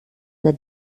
der